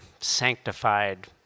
sanctified